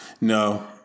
No